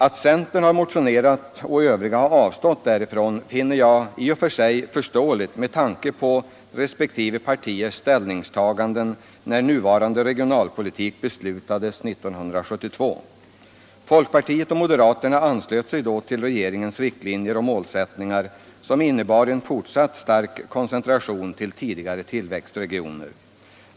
Att centern har motionerat och övriga har avstått därifrån finner jag i och för sig förståeligt med tanke på respektive partiers ställningstaganden när nuvarande regionalpolitik beslutades 1972. Folkpartiet och moderaterna anslöt sig då till regeringens riktlinjer och målsättningar, som innebar en fortsatt stark koncentration till tidigare tillväxtregioner.